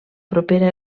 propera